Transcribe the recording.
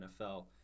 NFL